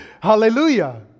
Hallelujah